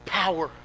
power